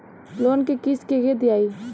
Loan क किस्त के के दियाई?